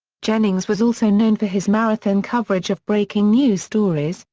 jennings was also known for his marathon coverage of breaking news stories,